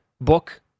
book